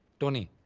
tony.